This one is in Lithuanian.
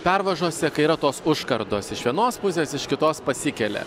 pervažose kai yra tos užkardos iš vienos pusės iš kitos pasikelia